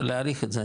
להעריך את זה.